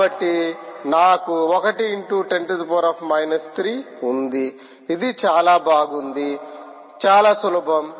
కాబట్టి నాకు 1 × 10−3 వుంది ఇది చాలా బాగుంది చాలా సులభం